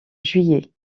juillet